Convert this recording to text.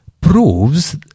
proves